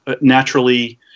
Naturally